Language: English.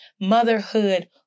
motherhood